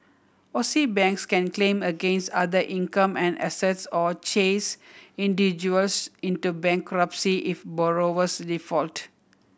Aussie banks can claim against other income and assets or chase individuals into bankruptcy if borrowers default